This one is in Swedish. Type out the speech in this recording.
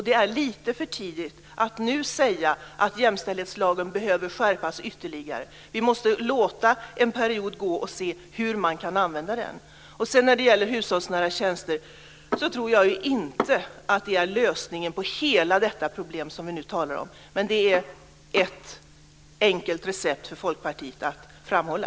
Det är lite för tidigt att nu säga att jämställdhetslagen behöver skärpas ytterligare. Vi måste låta en period gå och se hur man kan använda den. Jag tror inte att hushållsnära tjänster är lösningen på hela det problem som vi nu talar om, men det är ett enkelt recept för Folkpartiet att framhålla.